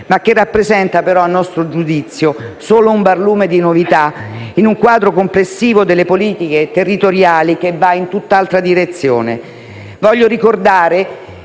ma che rappresenta, a nostro giudizio, solo un barlume di novità in un quadro complessivo delle politiche territoriali che va in tutt'altra direzione.